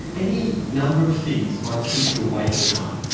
any number of things might keep you awake at night.